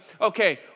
okay